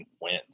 wins